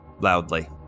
loudly